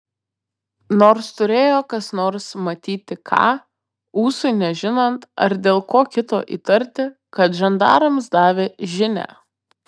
nors turėjo kas nors matyti ką ūsui nežinant ar dėl ko kito įtarti kad žandarams davė žinią